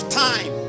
time